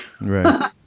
Right